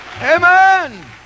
Amen